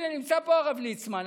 הינה, נמצא פה הרב ליצמן.